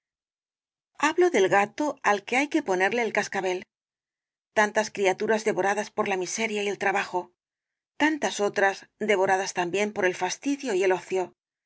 hablo del gato al que hay que ponerle el cascabel tantas criaturas devoradas por la miseria y el trabajo tantas otras devoradas también por el fastidio y el ocio